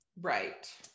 Right